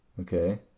Okay